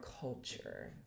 culture